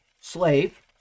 slave